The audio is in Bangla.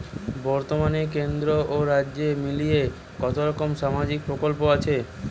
বতর্মানে কেন্দ্র ও রাজ্য মিলিয়ে কতরকম সামাজিক প্রকল্প আছে?